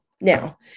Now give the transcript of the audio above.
Now